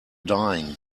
dying